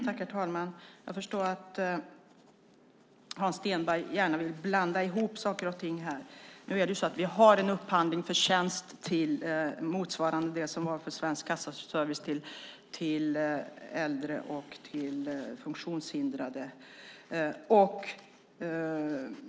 Herr talman! Jag förstår att Hans Stenberg gärna vill blanda ihop saker och ting här. Nu är det så att vi har en upphandling när det gäller tjänst, motsvarande den som var för Svensk Kassaservice, till äldre och till funktionshindrade.